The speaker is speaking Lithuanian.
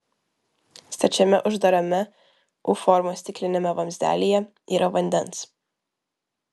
stačiame uždarame u formos stikliniame vamzdelyje yra vandens